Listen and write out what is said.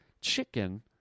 chicken